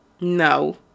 No